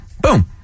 Boom